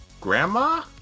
grandma